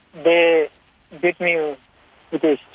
they beat me ah with a